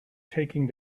taking